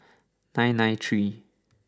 nine nine three